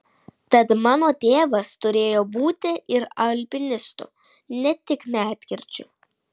tad mano tėvas turėjo būti ir alpinistu ne tik medkirčiu